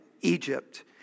Egypt